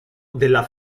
della